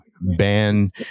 ban